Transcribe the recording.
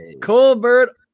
Colbert